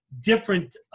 different